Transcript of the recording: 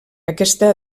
aquesta